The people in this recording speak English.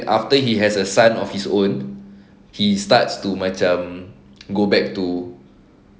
after he has a son of his own he starts to macam go back to